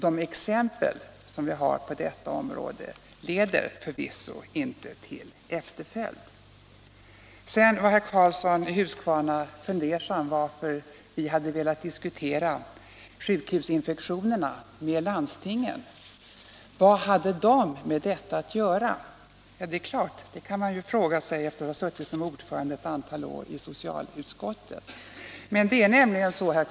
De exempel som vi har på detta område manar förvisso inte till efterföljd. « Herr Karlsson var fundersam över att vi hade velat diskutera sjukhusinfektionerna med landstingen. Vad har de med sjukhusinfektionerna att göra? frågade herr Karlsson. Det kan han ju fråga sig efter att ha varit ordförande i socialutskottet ett antal år!